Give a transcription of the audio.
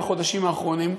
בחודשים האחרונים,